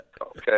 Okay